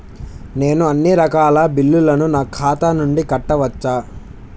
నేను అన్నీ రకాల బిల్లులను నా ఖాతా నుండి కట్టవచ్చా?